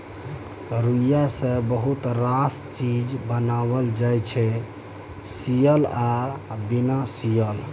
रुइया सँ बहुत रास चीज बनाएल जाइ छै सियल आ बिना सीयल